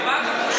ממה אתה חושש?